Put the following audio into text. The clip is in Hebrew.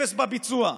אפס בביצוע.